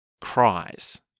cries